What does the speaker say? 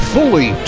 Fully